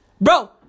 Bro